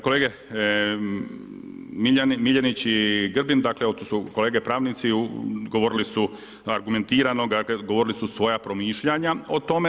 Kolege Miljenić i Grbin, to su kolege pravnici, govorili su argumentirano, govorili su svoje promišljanja o tome.